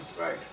Right